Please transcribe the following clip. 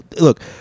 look